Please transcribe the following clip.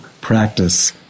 practice